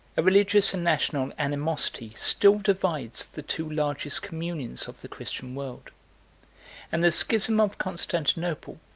a religious and national animosity still divides the two largest communions of the christian world and the schism of constantinople,